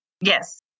Yes